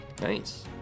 Nice